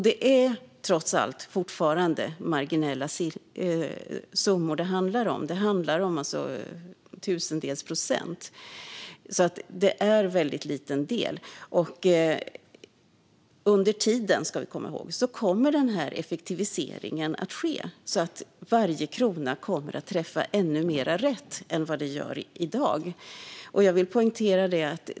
Det är trots allt fortfarande marginella summor det handlar om; det är tusendels procent. Under tiden kommer en effektivisering att ske så att varje krona kommer att träffa ännu mer rätt än den gör i dag.